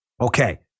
Okay